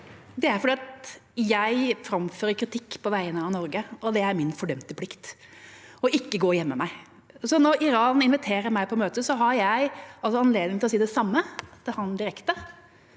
jeg framfører kritikk på vegne av Norge, og det er min fordømte plikt å ikke gå og gjemme meg. Når Iran inviterer meg til møte, har jeg anledning til å si direkte